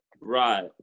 Right